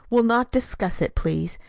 we'll not discuss it, please,